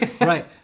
Right